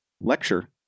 lecture